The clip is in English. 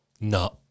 No